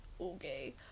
Okay